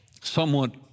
somewhat